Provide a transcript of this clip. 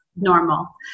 normal